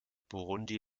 burundi